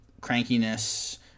crankiness